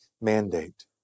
mandate